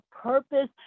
purpose